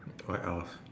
what else